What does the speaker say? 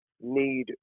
need